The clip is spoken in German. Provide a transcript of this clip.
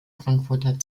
frankfurter